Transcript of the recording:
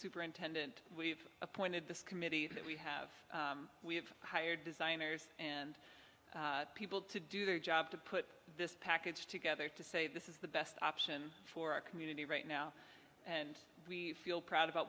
superintendent we've appointed this committee that we have we have hired designers and people to do their job to put this package together to say this is the best option for our community right now and we feel proud about